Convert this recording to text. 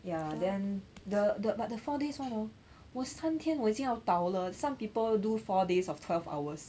ya then the the but the four days [one] hor 我三天我已经要倒了 some people do four days of twelve hours